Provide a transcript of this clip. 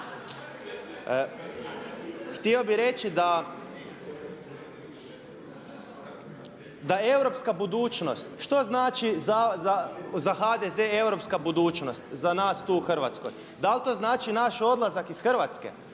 Htio bi reći da europska budućnost, što znači za HDZ europska budućnost za nas tu u Hrvatskoj? Da li to znači naš odlazak iz Hrvatske?